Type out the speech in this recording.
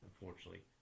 Unfortunately